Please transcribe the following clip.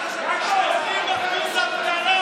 הממשלה.